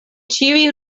ĉiuj